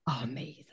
Amazing